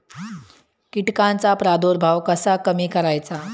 कीटकांचा प्रादुर्भाव कसा कमी करायचा?